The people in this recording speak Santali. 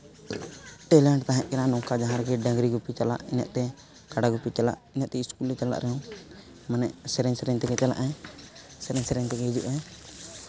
ᱴᱮᱞᱮᱱᱴ ᱛᱟᱦᱮᱸᱠᱟᱱᱟ ᱱᱚᱝᱠᱟ ᱡᱟᱦᱟᱸ ᱨᱮᱜᱮ ᱰᱟᱹᱝᱨᱤ ᱜᱩᱯᱤᱭ ᱪᱟᱞᱟᱜ ᱤᱱᱟᱹᱜ ᱛᱮ ᱠᱟᱰᱟ ᱜᱩᱯᱤᱭ ᱪᱟᱞᱟᱜ ᱤᱱᱟᱹᱜ ᱛᱮ ᱤᱥᱠᱩᱞᱮ ᱪᱟᱞᱟᱜ ᱨᱮᱦᱚᱸ ᱢᱟᱱᱮ ᱥᱮᱨᱮᱧ ᱥᱮᱨᱮᱧ ᱛᱮᱜᱮ ᱪᱟᱞᱟᱜᱼᱟᱭ ᱥᱮᱨᱮᱧ ᱥᱮᱨᱮᱧ ᱛᱮᱜᱮ ᱦᱤᱡᱩᱜᱼᱟᱭ